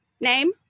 Name